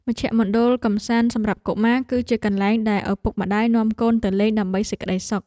មជ្ឈមណ្ឌលកម្សាន្តសម្រាប់កុមារ គឺជាកន្លែងដែលឪពុកម្តាយនាំកូនទៅលេងដើម្បីសេចក្តីសុខ។